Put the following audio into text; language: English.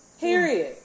Period